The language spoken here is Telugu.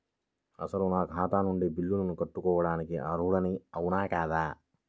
అసలు నా ఖాతా నుండి బిల్లులను కట్టుకోవటానికి అర్హుడని అవునా కాదా?